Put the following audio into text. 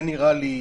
זה נראה לי קיצוני.